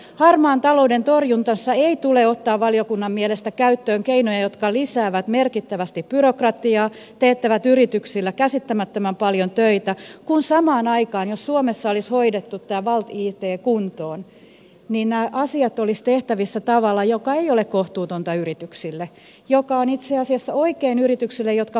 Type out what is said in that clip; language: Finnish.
harmaan talouden torjunnassa ei tule ottaa valiokunnan mielestä käyttöön keinoja jotka lisäävät merkittävästi byrokratiaa teettävät yrityksillä käsittämättömän paljon töitä kun samaan aikaan jos suomessa olisi hoidettu tämä valtit kuntoon niin nämä asiat olisivat tehtävissä tavalla joka ei ole kohtuutonta yrityksille joka on itse asiassa oikein yrityksille jotka hoitavat asiansa